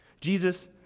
Jesus